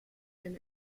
and